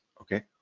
Okay